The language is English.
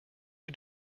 who